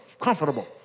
comfortable